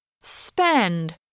Spend